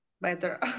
better